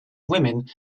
women